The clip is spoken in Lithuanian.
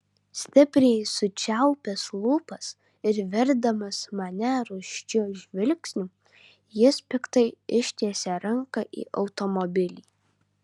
stipriai sučiaupęs lūpas ir verdamas mane rūsčiu žvilgsniu jis piktai ištiesia ranką į automobilį